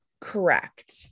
correct